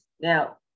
Now